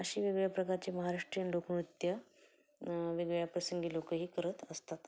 अशी वेगवेगळ्या प्रकारची महाराष्ट्रीयन लोकनृत्यं वेगवेगळ्या प्रसंगी लोकंही करत असतात